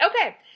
Okay